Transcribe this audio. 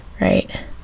Right